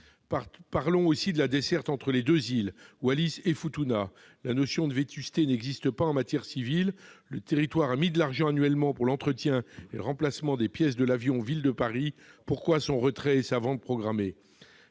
Parlons aussi de la desserte entre les deux îles de Wallis et de Futuna. La notion de vétusté n'existe pas en matière civile. Le territoire a dépensé de l'argent, chaque année, pour l'entretien et le remplacement des pièces de l'avion. Quelles sont les raisons de son retrait et de sa vente programmée ?